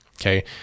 Okay